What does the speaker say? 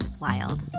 wild